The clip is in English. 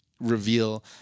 reveal